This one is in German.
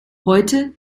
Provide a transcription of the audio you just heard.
heute